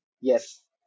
Yes